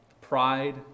pride